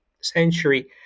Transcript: century